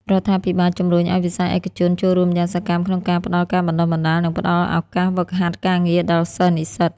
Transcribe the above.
រដ្ឋាភិបាលជំរុញឱ្យវិស័យឯកជនចូលរួមយ៉ាងសកម្មក្នុងការផ្តល់ការបណ្តុះបណ្តាល និងផ្តល់ឱកាសហ្វឹកហាត់ការងារដល់សិស្សនិស្សិត។